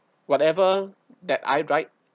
whatever that I write